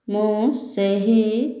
ମୁଁ ସେହି